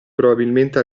probabilmente